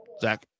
Zach